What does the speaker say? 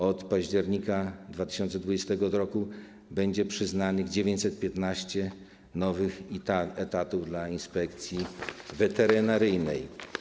Od października 2022 r. będzie przyznanych 915 nowych etatów dla Inspekcji Weterynaryjnej.